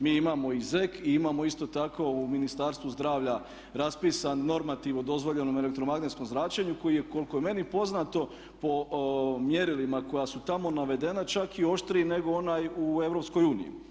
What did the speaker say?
Mi imamo i ZEK i imamo isto tako u Ministarstvu zdravlja raspisan normativ o dozvoljenom elektromagnetskom zračenju koji je koliko je meni poznato po mjerilima koja su tamo navedena čak i oštriji nego onaj u EU.